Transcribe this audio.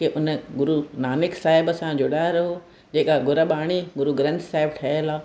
के उन गुरू नानक साहिब सां जुड़ा रहो जेका गुर बाणी गुरू ग्रंथ साहिबु ठहियल आहे